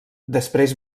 després